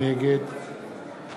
נגד יצחק הרצוג, בעד